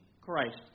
Christ